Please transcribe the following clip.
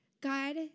God